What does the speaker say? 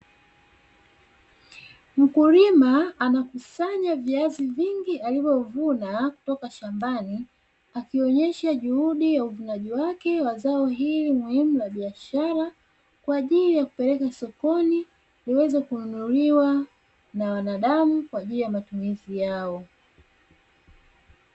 Mkulima anakusanya viazi vingi alivyovuna kutoka shambani akionyesha juhudi ya uvunaji wake wa zao hili muhimu la biashara, kwa ajili ya kupeleka sokoni ziweze kununuliwa na wanadamu kwa ajili ya matumizi yao.